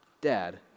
Dad